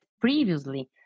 previously